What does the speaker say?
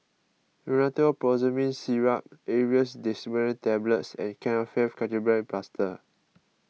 Rhinathiol Promethazine Syrup Aerius DesloratadineTablets and Kefentech Ketoprofen Plaster